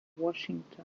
washington